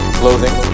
clothing